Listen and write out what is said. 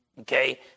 Okay